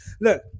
look